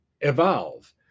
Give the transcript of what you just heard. Evolve